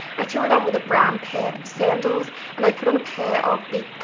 i threw it on with a brown pair of sandals and i put on a pair of big,